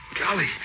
Golly